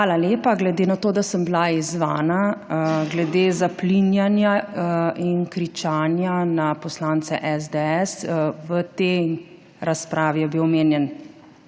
Hvala lepa. Glede na to, da sem bila izzvana glede zaplinjanja in kričanja na poslance SDS. V tej razpravi je bil omenjen